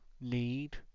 need